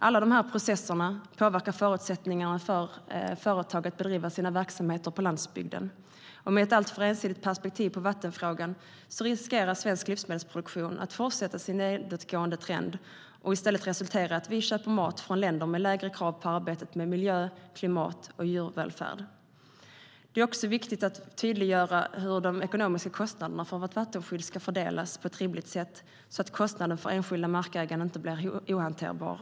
Alla dessa processer påverkar förutsättningarna för företag att bedriva sina verksamheter på landsbygden, och med ett alltför ensidigt perspektiv på vattenfrågan riskerar svensk livsmedelsproduktion att fortsätta sin nedåtgående trend och i stället resultera i att vi köper mat från länder med lägre krav på arbetet med miljö, klimat och djurvälfärd. Det är också viktigt att tydliggöra hur de ekonomiska kostnaderna för vårt vattenskydd ska fördelas på ett rimligt sätt så att kostnaden för enskilda markägare inte blir ohanterlig.